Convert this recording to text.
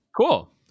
cool